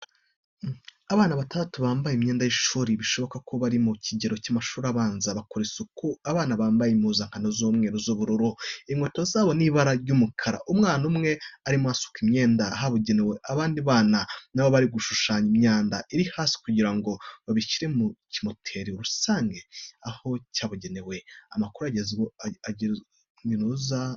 Abana batatu bambaye imyenda y'ishuri, bishoboka ko bari mu kigero cy'amashuri abanza, bakora isuku. Abana bambaye impuzankano z'umweru n'ubururu. Inkweto zabo ni ibara ry'umukara. Umwana umwe arimo asuka imyanda ahabugenewe, abandi bana na bo bari gukusanya imyanda iri hasi, kugira ngo bayishyire mu kimoteri rusange cya bugenewe.